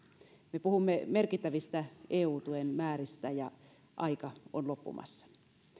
me puhumme merkittävistä eu tuen määristä ja aika on loppumassa